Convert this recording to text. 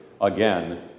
again